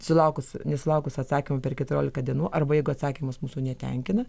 sulaukus nesulaukus atsakymo per keturiolika dienų arba jeigu atsakymas mūsų netenkina